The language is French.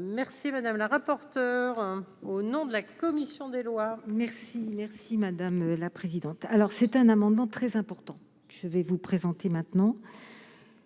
merci madame la rapporteure au nom de la commission des lois. Merci, merci, madame la présidente, alors c'est un amendement très important, je vais vous présenter maintenant.